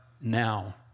now